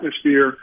atmosphere